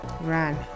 run